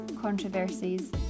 controversies